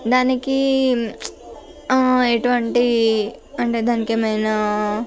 దానికి ఎటువంటి అంటే దానికి ఏమైన